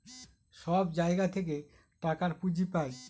সব জায়গা থেকে টাকার পুঁজি পাই